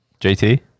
JT